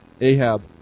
Ahab